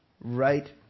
Right